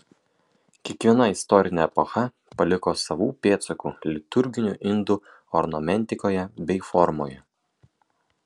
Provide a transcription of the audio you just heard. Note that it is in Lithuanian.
kiekviena istorinė epocha paliko savų pėdsakų liturginių indų ornamentikoje bei formoje